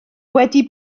wedi